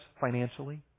financially